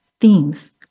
themes